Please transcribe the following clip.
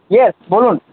yes বলুন